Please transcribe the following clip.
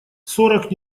сорок